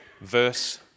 verse